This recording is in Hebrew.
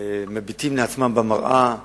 מביטים אל עצמם במראה ואומרים: